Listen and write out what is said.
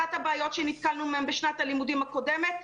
אחת הבעיות שנתקלנו בהן בשנת הלימודים הקודמת,